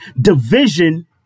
division